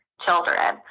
children